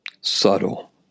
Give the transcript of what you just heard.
subtle